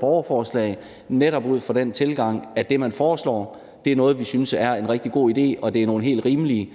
borgerforslag, netop ud fra den tilgang, at det, man foreslår, er noget, vi synes er en rigtig god idé, og at det er nogle helt rimelige